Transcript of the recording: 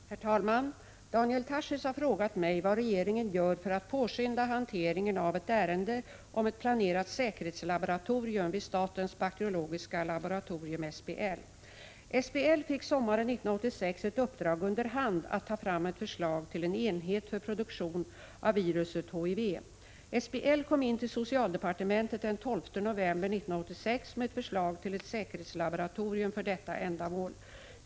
Herr talman! Daniel Tarschys har frågat mig vad regeringen gör för att påskynda hanteringen av ett ärende om ett planerat säkerhetslaboratorium vid statens bakteriologiska laboratorium — SBL. SBL fick sommaren 1986 ett uppdrag under hand att ta fram ett förslag till en enhet för produktion av viruset HIV. SBL inkom till socialdepartementet den 12 november 1986 med ett förslag till ett säkerhetslaboratorium för detta ändamål.